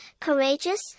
courageous